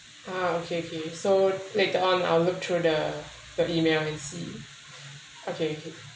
uh okay okay so later on I'll through the the email and see okay okay